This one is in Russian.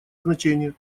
значение